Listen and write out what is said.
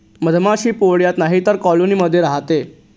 मधमाशी पोळ्यात नाहीतर कॉलोनी मध्ये राहते